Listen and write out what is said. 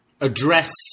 address